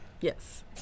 Yes